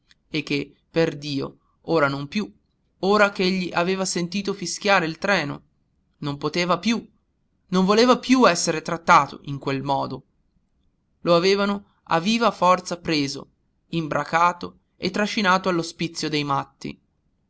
e che perdio ora non più ora ch'egli aveva sentito fischiare il treno non poteva più non voleva più esser trattato a quel modo lo avevano a viva forza preso imbracato e trascinato all'ospizio dei matti